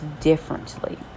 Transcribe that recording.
differently